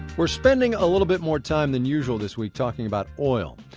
we're spending a little bit more time than usual this week talking about oil.